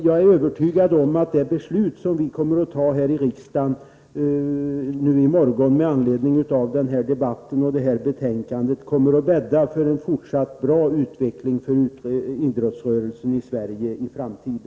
Jag är övertygad om att det beslut som vi kommer att fatta i morgon med anledning av denna debatt och detta betänkande kommer att bädda för en fortsatt bra utveckling för idrottsrörelsen i Sverige.